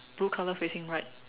blue color facing right